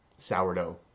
Sourdough